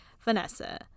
Vanessa